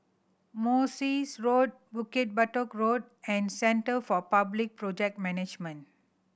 Morse Road Bukit Batok Road and Centre for Public Project Management